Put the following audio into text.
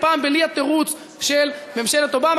הפעם בלי התירוץ של ממשלת אובמה?